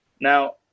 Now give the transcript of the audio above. now